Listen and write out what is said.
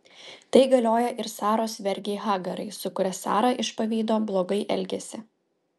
tai galioja ir saros vergei hagarai su kuria sara iš pavydo blogai elgėsi